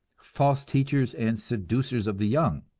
false teachers and seducers of the young.